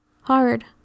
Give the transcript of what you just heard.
hard